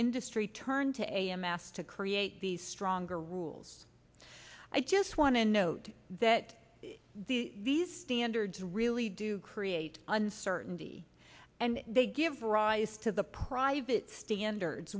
industry turned to emmaus to create these stronger rules i just want to note that the these standards really do create uncertainty and they give rise to the private standards